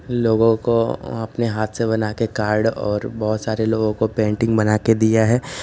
लोगों को अपने हाथ से बना के कार्ड और बहुत सारे लोगों को पेंटिंग बना कर दिया है